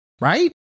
Right